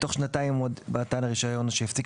בתוך שנתיים ממועד מתן הרישיון או שהפסיק